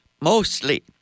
mostly